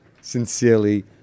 Sincerely